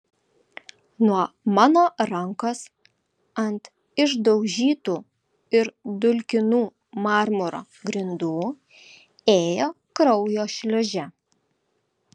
nuo mano rankos ant išdaužytų ir dulkinų marmuro grindų ėjo kraujo šliūžė